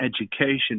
education